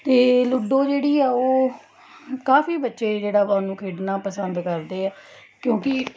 ਅਤੇ ਲੂਡੋ ਜਿਹੜੀ ਆ ਉਹ ਕਾਫ਼ੀ ਬੱਚੇ ਜਿਹੜਾ ਵਾ ਉਹਨੂੰ ਖੇਡਣਾ ਪਸੰਦ ਕਰਦੇ ਆ ਕਿਉਂਕਿ